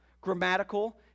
grammatical